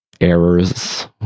errors